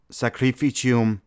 sacrificium